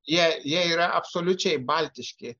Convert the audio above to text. jie jie yra absoliučiai baltiški